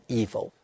evil